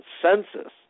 consensus